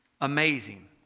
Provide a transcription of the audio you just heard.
Amazing